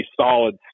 solid